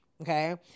Okay